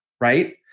right